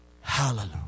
Hallelujah